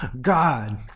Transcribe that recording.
God